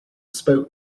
spoke